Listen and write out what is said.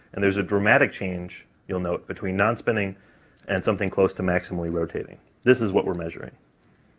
and there's a dramatic change, you'll note, between non-spinning and something close to maximally rotating. this is what we're measuring.